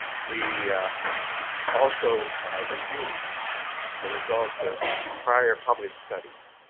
we also reviewed the results of prior published studies,